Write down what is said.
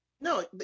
No